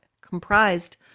comprised